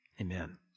Amen